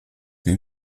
wie